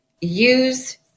use